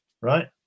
right